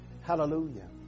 Hallelujah